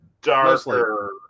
darker